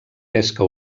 pesca